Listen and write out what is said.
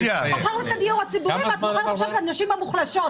מכרת את הדיור הציבורי ואת מוכרת עכשיו את הנשים המוחלשות.